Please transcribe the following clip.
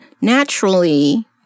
naturally